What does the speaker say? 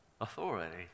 authority